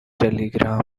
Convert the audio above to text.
telegram